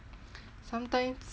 sometimes